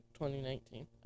2019